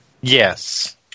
Yes